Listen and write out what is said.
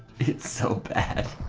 its so bad